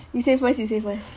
you say first you say first